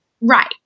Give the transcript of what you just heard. Right